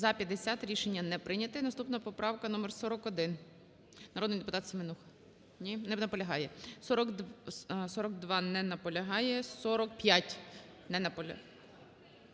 За-50 Рішення не прийнято. І наступна поправка номер 41. Народний депутат Семенуха. Ні, не наполягає. 42. Не наполягає. 45. Не наполягає.